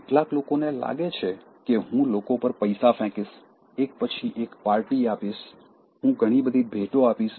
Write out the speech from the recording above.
કેટલાક લોકોને લાગે છે કે હું લોકો પર પૈસા ફેંકીશ એક પછી એક પાર્ટી આપીશ હું ઘણી બધી ભેટો આપીશ